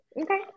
Okay